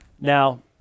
Now